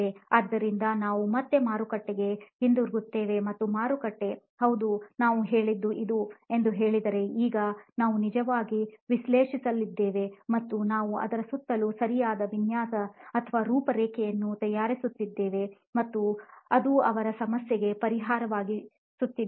ಆದ್ದರಿಂದ ನಾವು ಮತ್ತೆ ಮಾರುಕಟ್ಟೆಗೆ ಹಿಂತಿರುಗುತ್ತೇವೆ ಮತ್ತು ಮಾರುಕಟ್ಟೆ ಹೌದು ನಾವು ಕೇಳಿದ್ದು ಇದು ಎಂದು ಹೇಳಿದರೆ ಈಗ ನಾವು ನಿಜವಾಗಿ ವಿಶ್ಲೇಷಿಸಲಿದ್ದೇವೆ ಮತ್ತು ನಾವು ಅದರ ಸುತ್ತಲೂ ಸರಿಯಾದ ವಿನ್ಯಾಸ ಅಥವಾ ರೂಪರೇಖೆಯನ್ನು ತಯಾರಿಸುತ್ತೇವೆ ಮತ್ತು ಅದು ಅವರ ಸಮಸ್ಯೆಗೆ ಪರಿಹಾರವಾಗಿಸುತ್ತೇವೆ